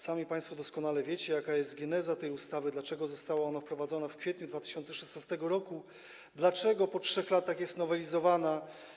Sami państwo doskonale wiecie, jaka jest geneza ustawy, dlaczego ona została wprowadzona w kwietniu 2016 r., dlaczego po 3 latach jest nowelizowana.